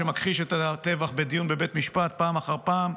שמכחיש את הטבח בדיון בבית המשפט פעם אחר פעם,